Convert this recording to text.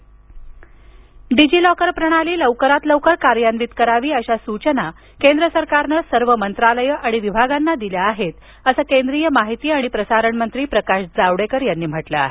केंद्रीय मंत्री Prakash Javadekar DigiLocker प्रणाली लवकरात लवकर कार्यान्वित करावी अशा सूचना केंद्र सरकारनं सर्व मंत्रालयं आणि विभागांना दिल्या आहेत असं केंद्रीय माहिती आणि प्रसारण मंत्री प्रकाश जावडेकर यांनी म्हटलं आहे